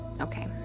Okay